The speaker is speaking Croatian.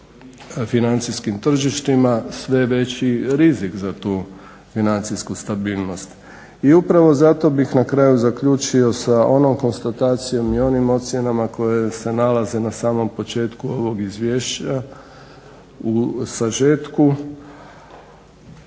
financijskim tržištima sve veći rizik za tu financijsku stabilnost i upravo zato bih na kraju zaključio sa onom konstatacijom i onim ocjenama koje se nalaze na samom početku ovog izvješća u sažetku